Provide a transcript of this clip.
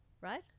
right